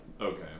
Okay